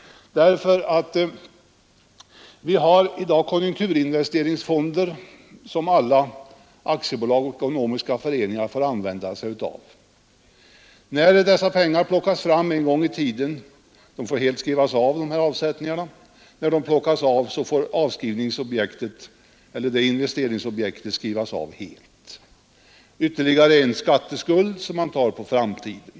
Vi har i dag konjunkturinvesteringsfonder som alla aktiebolag och ekonomiska föreningar får använda sig av. När dessa pengar en gång i tiden plockas fram får investeringsobjektet skrivas av helt. Det är ytterligare en skatteskuld som man tar på framtiden.